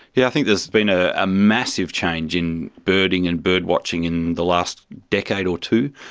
yeah think there has been ah a massive change in birding and birdwatching in the last decade or two,